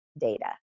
Data